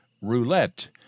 Roulette